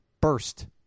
burst